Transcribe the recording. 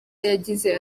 yagize